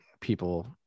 people